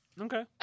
Okay